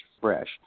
fresh